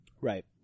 Right